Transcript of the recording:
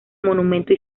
monumento